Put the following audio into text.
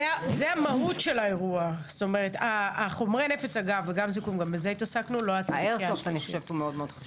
זה המהות של האירוע --- אני חושבת שהאיירסופט הוא מאוד מאוד חשוב.